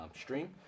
stream